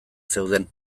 zeuden